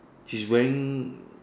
she's wearing